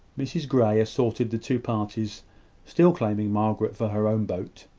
mrs grey assorted the two parties still claiming margaret for her own boat,